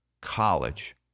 college